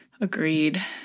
Agreed